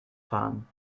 fahren